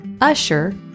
usher